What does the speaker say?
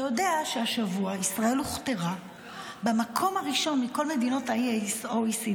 אתה יודע שהשבוע ישראל הוכתרה במקום הראשון מכל מדינות ה-OECD,